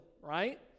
right